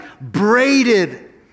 Braided